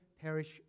perish